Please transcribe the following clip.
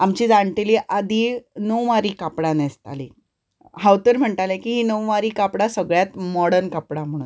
आमचें जाणटेलीं आदीं नववारी कापडां न्हेसतालीं हांव तर म्हणटालें की णव वारी कापडां सगळ्यांक मोडन कापडां म्हणून